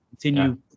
continue